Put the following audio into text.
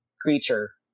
creature